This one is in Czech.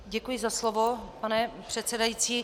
Děkuji za slovo, pane předsedající.